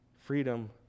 Freedom